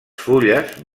fulles